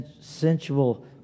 sensual